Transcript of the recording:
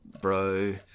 bro